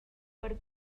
per